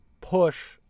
push